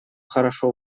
хорошо